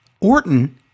Orton